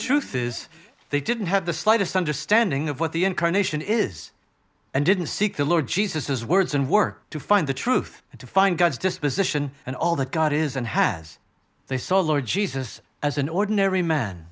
truth is they didn't have the slightest understanding of what the incarnation is and didn't seek the lord jesus his words and work to find the truth and to find god's disposition and all that god is and has they saw lord jesus as an ordinary man